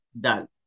done